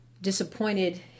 disappointed